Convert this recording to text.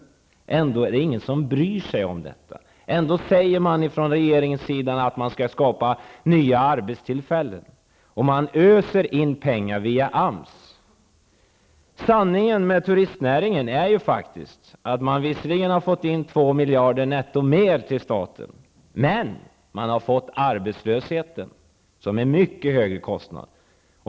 Men ändå är det ingen som bryr sig om detta, ändå säger regeringen att man skall skapa nya arbetstillfällen, och man öser in pengar via AMS. Sanningen i fråga om turistnäringen är ju att staten visserligen har fått in 2 miljarder mer netto, men man har fått arbetslösheten, som är en mycket högre kostnad.